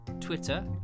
Twitter